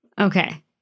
Okay